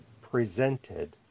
presented